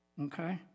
okay